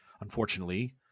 unfortunately